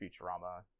Futurama